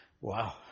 Wow